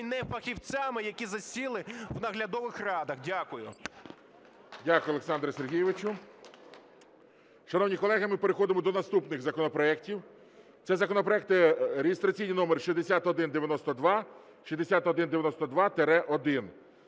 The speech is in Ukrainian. нефахівцями, які засіли в наглядових радах. Дякую. ГОЛОВУЮЧИЙ. Дякую, Олександре Сергійовичу. Шановні колеги, ми переходимо до наступних законопроектів. Це законопроекти реєстраційні номери 6192,